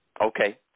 Okay